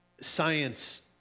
science